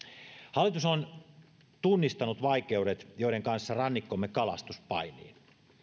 hallitus on tunnistanut vaikeudet joiden kanssa rannikkomme kalastus painii